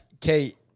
Kate